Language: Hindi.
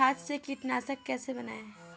छाछ से कीटनाशक कैसे बनाएँ?